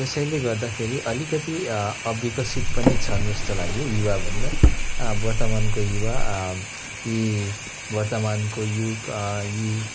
त्यसैले गर्दाखेरि अलिकति अविकसित पनि छन् जस्तो लाग्यो युवाभन्दा वर्तमानको युवा यी वर्तमानको युग यी